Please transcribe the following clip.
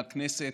מהכנסת,